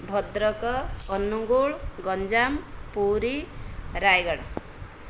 Bhadrak Angul Ganjam Puri Rayagada